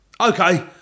Okay